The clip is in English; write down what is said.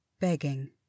begging